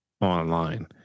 online